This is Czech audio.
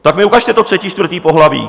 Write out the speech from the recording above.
Tak mi ukažte to třetí, čtvrté pohlaví.